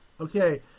Okay